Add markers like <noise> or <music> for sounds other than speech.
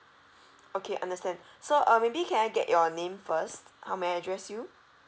okay understand <breath> so uh maybe can I get your name first how may I address you